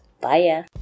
Bye